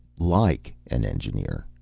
like an engineer.